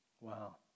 Wow